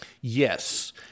Yes